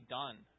done